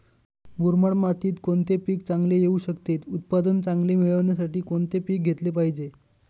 मुरमाड मातीत कोणते पीक चांगले येऊ शकते? उत्पादन चांगले मिळण्यासाठी कोणते पीक घेतले पाहिजे?